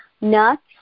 nuts